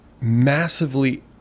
massively